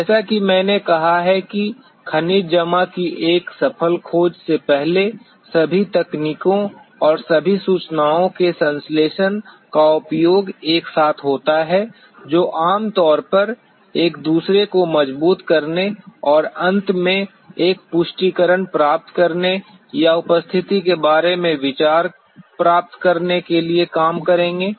जैसा कि मैंने कहा है कि खनिज जमा की एक सफल खोज से पहले सभी तकनीकों और सभी सूचनाओं के संश्लेषण का उपयोग एक साथ होता है जो आम तौर पर एक दूसरे को मजबूत करने और अंत में एक पुष्टिकरण प्राप्त करने या उपस्थिति के बारे में विचार प्राप्त करने के लिए काम करेंगे